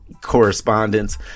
correspondence